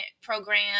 program